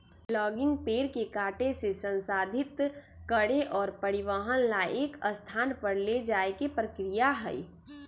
logging पेड़ के काटे से, संसाधित करे और परिवहन ला एक स्थान पर ले जाये के प्रक्रिया हई